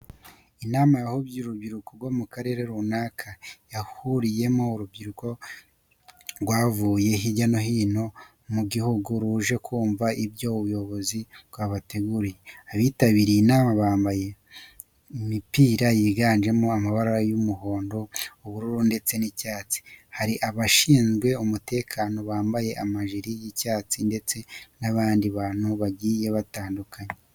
Inama yahuje urubyiruko rwo mu karere runaka yahuriyemo urubyiruko rwavuye hirya no hino mu gihugu ruje kumva icyo ubuyobozi bwabateguriye. Abitabiriye inama abenshi bambaye imipira yiganjemo amabara y'umuhondo, ubururu ndetse n'icyatsi. Hari abashinzwe umutekano bambaye amajire y'icyatsi ndetse n'abandi bantu bagiye batandukanye.